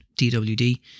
DWD